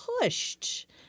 pushed